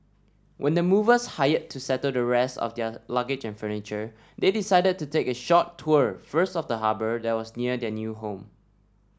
when the movers hired to settle the rest of their luggage and furniture they decided to take a short tour first of the harbour that was near their new home